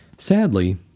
Sadly